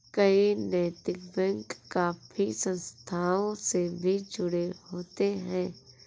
कई नैतिक बैंक काफी संस्थाओं से भी जुड़े होते हैं